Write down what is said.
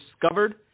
discovered